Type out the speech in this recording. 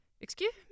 excuse